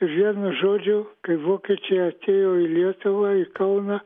vienu žodžiu kai vokiečiai atėjo į lietuvą į kauną